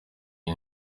iyi